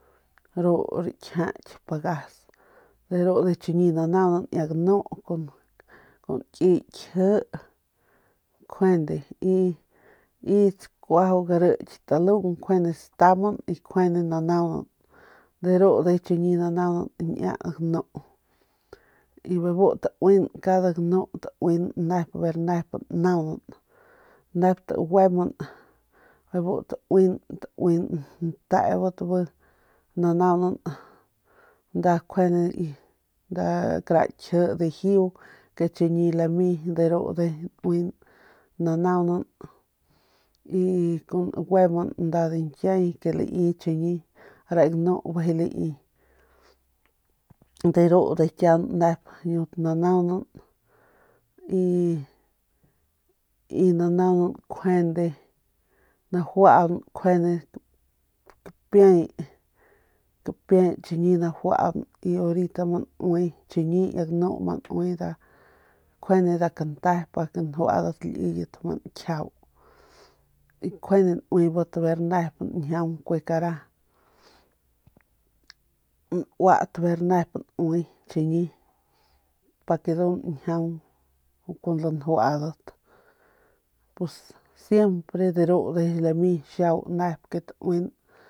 Ru rakjiaky pagas de ru chiñi nanaunan niña ganu kun kiy kji nkjuande y tsakuaju gariky talung kjuande tsataunban y kjuande nanaunan de ru ndujuy ciñi nanaunan niña ganu y bebu tauin kada ganu tauin nep ver nep naunan nep taguemban ntebat bi nanaunan kjuande kara kji dijiu ke chiñi lami de ru ndujuy nauin nanaunan naguemban nda diñkiay ke lai chiñi de re ganu ndujuy lai de ru de kian nep yut nanaunan y nanaunan kjuande y najuaun nkjuande kapiay kapiay chiñi najuaun orita ma nui chiñi niña ganu ma nui nkjuande nda kante pa ke njuadat liyet ma nkjiau y kjuande nuibat ver nep ñjiung kue kara nuat ver nep nue chiñi pa ke ndu ñjiaung kun lanjuadat pues siempre de ru lame xiau nep ke tauin